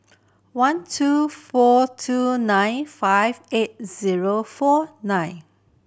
one two four two nine five eight zero four nine